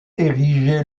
érigée